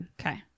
Okay